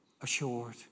assured